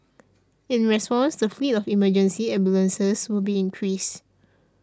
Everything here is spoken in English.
in response the fleet of emergency ambulances will be increased